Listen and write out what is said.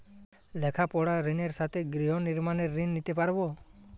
লেখাপড়ার ঋণের সাথে গৃহ নির্মাণের ঋণ নিতে পারব?